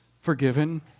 Forgiven